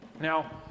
Now